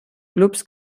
clubs